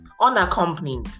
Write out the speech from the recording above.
unaccompanied